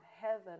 heaven